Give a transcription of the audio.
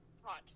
Hot